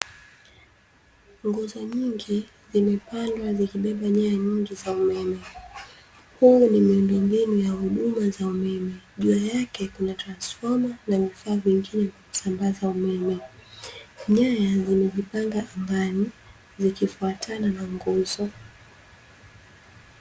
Nguzo nyingi zimepandwa zikibeba nyaya nyingi za umeme, huu ni muundombinu ya huduma za umeme, juu yake kuna transfoma na vifaa vingine vya kusambaza umeme. Nyaya zimejipanga angani, zikifuatana na nguzo.